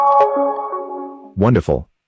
Wonderful